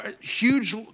huge